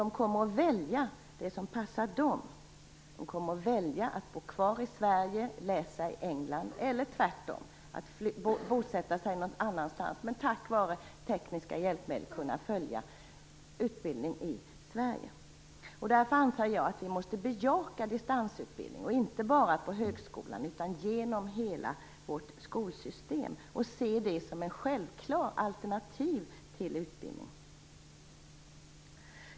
De kommer att välja det som passar dem - att bo kvar i Sverige och läsa i England eller att tvärtom bosätta sig någon annanstans men tack vare tekniska hjälpmedel kunna följa en utbildning i Sverige. Därför anser jag att vi måste bejaka distansutbildning inte bara på högskolenivå utan genom hela vårt skolsystem. Vi måste se det som ett självklart alternativ till utbildning.